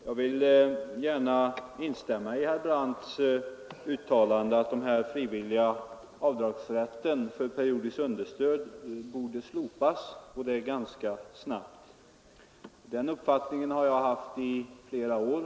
Fru talman! Jag vill gärna instämma i herr Brandts uttalande att den frivilliga avdragsrätten för periodiskt understöd borde slopas och det ganska omedelbart. Den uppfattningen har jag haft i flera år.